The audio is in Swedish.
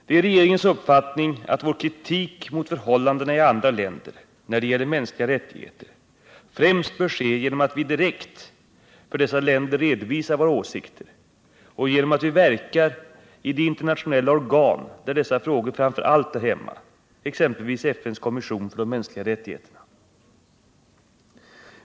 Det är regeringens uppfauning att vår kritik mot förhållandena i andra länder när det gäller mänskliga rättigheter främst bör ske genom att vi direkt för dessa länder redovisar våra åsikter och genom att vi verkar i de internationella organ där dessa frågor framför allt hör hemma, exempelvis IEN:s kommission för de mänskliga rättigheterna.